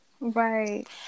right